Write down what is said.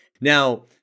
Now